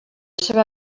seva